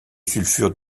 sulfure